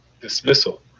dismissal